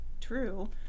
true